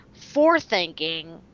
forethinking